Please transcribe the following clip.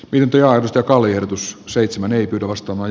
opintoja joka oli ehdotus qseitsemän ei tulosta voi